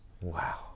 Wow